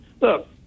Look